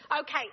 Okay